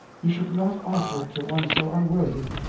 you should not offer it to one so unworthy.